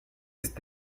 ist